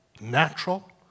natural